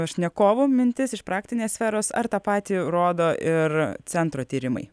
pašnekovo mintis iš praktinės sferos ar tą patį rodo ir centro tyrimai